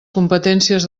competències